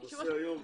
ננסה היום